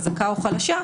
חזקה או חלשה,